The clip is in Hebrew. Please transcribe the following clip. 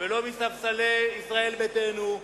ולא מספסלי ישראל ביתנו,